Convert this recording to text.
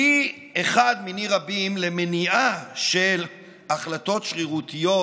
כלי אחד מיני רבים למניעה של החלטות שרירותיות